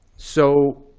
so